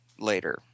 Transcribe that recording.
Later